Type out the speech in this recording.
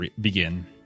begin